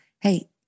hey